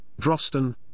Drosten